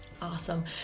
Awesome